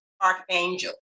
Archangel